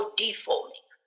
deforming